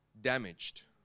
damaged